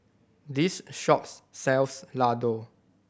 this shops sells Ladoo